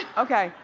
okay,